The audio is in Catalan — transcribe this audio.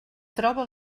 troba